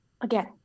again